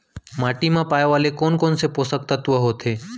माटी मा पाए वाले कोन कोन से पोसक तत्व होथे?